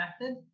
method